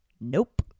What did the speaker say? nope